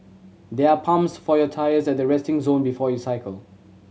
there are pumps for your tyres at the resting zone before you cycle